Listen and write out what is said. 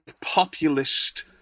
populist